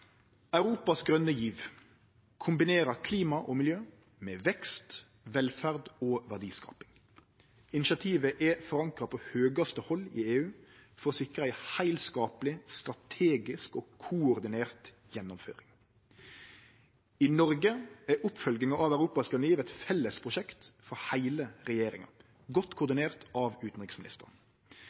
Europas grøne giv kombinerer klima og miljø med vekst, velferd og verdiskaping. Initiativet er forankra på høgaste hald i EU for å sikre ei heilskapleg, strategisk og koordinert gjennomføring. I Noreg er oppfølginga av Europas grøne giv eit felles prosjekt for heile regjeringa, godt koordinert av